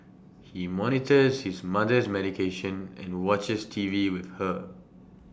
he monitors his mother's medication and watches T V with her